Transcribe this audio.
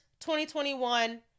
2021